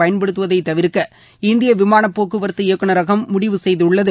பயன்படுத்துவதை தவிர்க்க இந்திய விமானப் போக்குவரத்து இயக்குனரகம் முடிவு செய்துள்ளது